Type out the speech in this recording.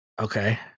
Okay